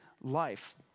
life